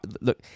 Look